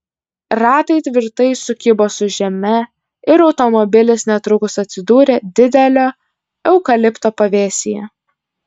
ratai tvirtai sukibo su žeme ir automobilis netrukus atsidūrė didelio eukalipto pavėsyje